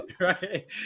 right